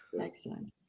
Excellent